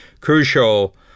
crucial